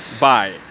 bye